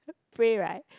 pray right